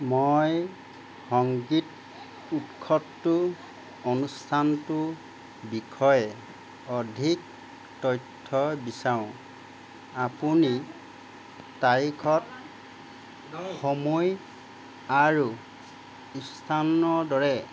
মই সংগীত উৎসৱটোৰ অনুষ্ঠানটোৰ বিষয়ে অধিক তথ্য বিচাৰোঁ আপুনি তাৰিখত সময় আৰু স্থানৰ দৰে